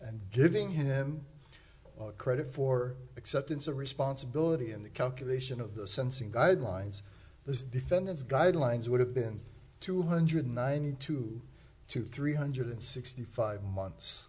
and giving him credit for acceptance of responsibility in the calculation of the sensing guidelines this defendant's guidelines would have been two hundred ninety two to three hundred sixty five months